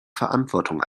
verantwortung